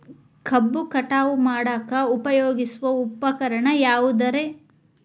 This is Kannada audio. ಕಬ್ಬು ಕಟಾವು ಮಾಡಾಕ ಉಪಯೋಗಿಸುವ ಉಪಕರಣ ಯಾವುದರೇ?